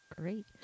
great